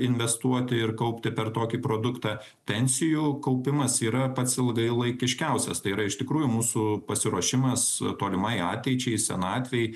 investuoti ir kaupti per tokį produktą pensijų kaupimas yra pats ilgalaikiškiausias tai yra iš tikrųjų mūsų pasiruošimas tolimai ateičiai senatvei